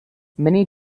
many